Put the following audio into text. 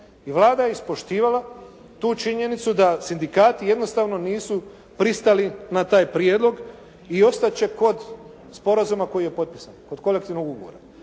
Vlada je ispoštivala tu činjenicu da sindikati jednostavno nisu pristali na taj prijedlog i ostati će kod sporazuma koji je potpisan, kod kolektivnog ugovora.